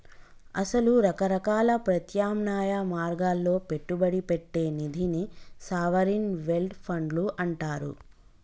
అసలు రకరకాల ప్రత్యామ్నాయ మార్గాల్లో పెట్టుబడి పెట్టే నిధిని సావరిన్ వెల్డ్ ఫండ్లు అంటారు